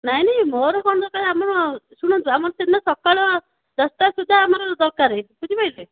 ନାଇଁ ନାଇଁ ମୋର କ'ଣ ଦରକାର ଆମର ଶୁଣନ୍ତୁ ଆମର ସେଦିନ ସକାଳ ଦଶଟା ଶୁଦ୍ଧା ଆମର ଦରକାରେ ବୁଝିପାରିଲେ